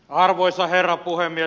arvoisa herra puhemies